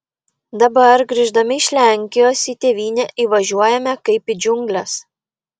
dabar grįždami iš lenkijos į tėvynę įvažiuojame kaip į džiungles